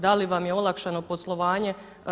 Da li vam je olakšano poslovanje?